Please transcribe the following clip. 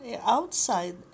outside